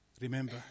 Remember